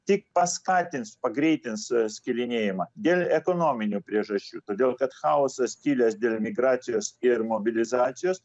tik paskatins pagreitins skilinėjimą dėl ekonominių priežasčių todėl kad chaosas kilęs dėl migracijos ir mobilizacijos